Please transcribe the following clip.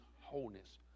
wholeness